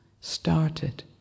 started